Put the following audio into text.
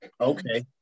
okay